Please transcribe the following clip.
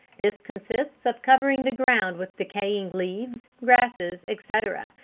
this consists of covering the ground with decaying leaves, grasses, etc,